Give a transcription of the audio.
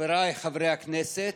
חבריי חברי הכנסת,